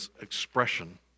expression